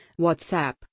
WhatsApp